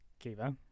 Kiva